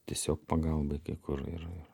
tiesiog pagalbai kai kur ir ir